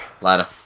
Later